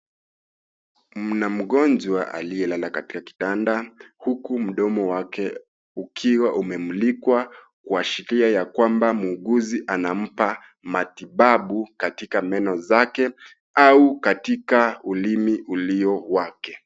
Mna mgonjwa aliye lala katika kitanda, huku mdomo wake ukiwa umemlikwa, kuashiria ya kwamba muuguzi anampa matibabu katika meno zake, au katika ulimi ulio wake.